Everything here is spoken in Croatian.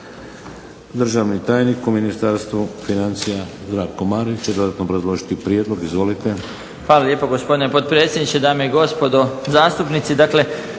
Državni tajnik u Ministarstvu financija Zdravko Marić će dodatno obrazložiti prijedlog. Izvolite.